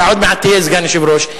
אתה עוד מעט תהיה סגן היושב-ראש.